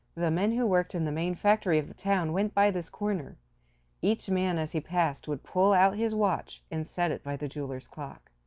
the men who worked in the main factory of the town went by this corner each man as he passed would pull out his watch and set it by the jeweler's clock.